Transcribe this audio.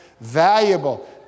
valuable